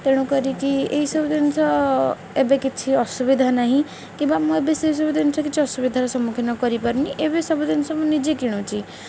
ତେଣୁ କରିକି ଏଇସବୁ ଜିନିଷ ଏବେ କିଛି ଅସୁବିଧା ନାହିଁ କିମ୍ବା ମୁଁ ଏବେ ସେସବୁ ଜିନିଷ କିଛି ଅସୁବିଧାର ସମ୍ମୁଖୀନ କରିପାରୁନି ଏବେ ସବୁ ଜିନିଷ ମୁଁ ନିଜେ କିଣୁଛି